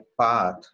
path